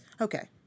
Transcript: Okay